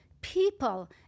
people